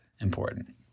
important